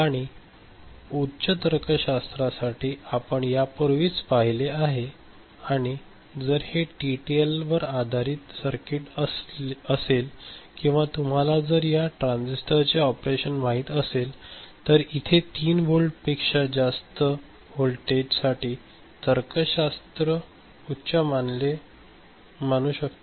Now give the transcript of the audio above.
आणि उच्च तर्कशास्त्रासाठी आपण यापूर्वीच पाहिले आहेआणि जर हे टीटीएलवर आधारित सर्किट असेल किंवा तुम्हाला जर या ट्रान्झिस्टर चे ऑपरेशन माहित असेल तर इथे 3 व्होल्टपेक्षा जास्त वोल्टेज साठी तर्कशास्त्र उच्च असेल मानू शकतो